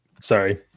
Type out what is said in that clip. Sorry